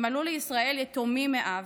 הם עלו לישראל יתומים מאב,